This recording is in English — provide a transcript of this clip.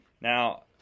Now